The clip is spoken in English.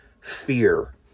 fear